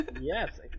Yes